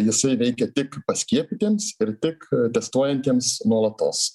jisai veikia tik paskiepytiems ir tik testuojantiems nuolatos